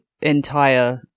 entire